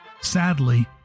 sadly